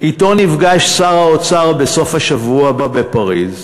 שאתו נפגש שר האוצר בסוף השבוע בפריז.